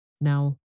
Now